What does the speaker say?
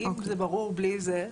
אם זה ברור בלי זה,